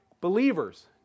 believers